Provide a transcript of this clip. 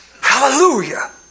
Hallelujah